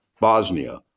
Bosnia